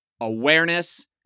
awareness